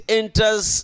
enters